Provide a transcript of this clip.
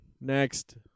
Next